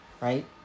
Right